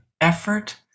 effort